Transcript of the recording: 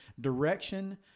direction